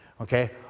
Okay